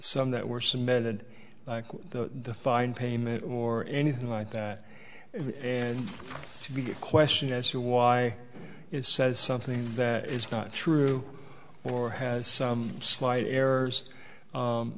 some that were submitted to the find payment or anything like that and to be a question as to why it says something that is not true or has some slight errors